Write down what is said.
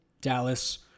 Dallas